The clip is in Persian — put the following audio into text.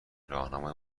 راهنمای